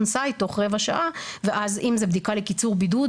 onsite תוך רבע שעה ואז אם זה בדיקה לקיצור בידוד,